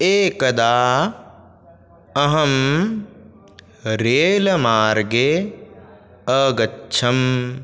एकदा अहं रेलमार्गे अगच्छम्